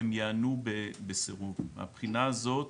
הן יענו בסירוב מהבחינה הזו,